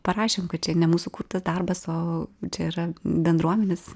parašėm kad čia ne mūsų kurtas darbas o čia yra bendruomenės